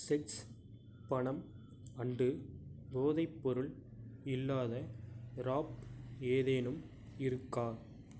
sex பணம் and போதைப்பொருள் இல்லாத ராப் ஏதேனும் இருக்கா